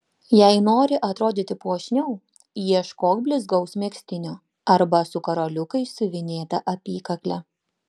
jei nori atrodyti puošniau ieškok blizgaus megztinio arba su karoliukais siuvinėta apykakle